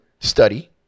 study